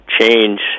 change